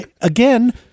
again